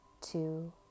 two